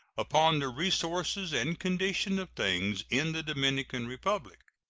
upon the resources and condition of things in the dominican republic,